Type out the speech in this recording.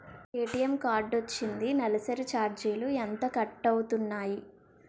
నాకు ATM card వచ్చింది నెలసరి ఛార్జీలు ఎంత కట్ అవ్తున్నాయి?